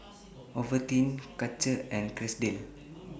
Ovaltine Karcher and Chesdale